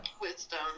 Wisdom